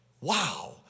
Wow